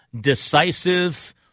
decisive